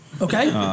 Okay